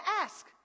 ask